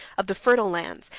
of the fertile lands,